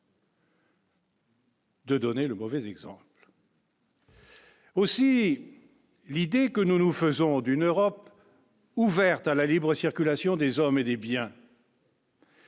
De donner le mauvais exemple. Aussi l'idée que nous nous faisons d'une Europe ouverte à la libre circulation des hommes et des biens.